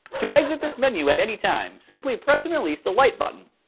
to exit this menu at any time, simply press and release the light button.